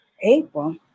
April